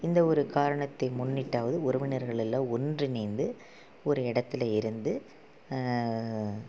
இந்த ஒரு காரணத்தை முன்னிட்டாவது உறவினர்களெலாம் ஒன்றிணைந்து ஒரு இடத்துல இருந்து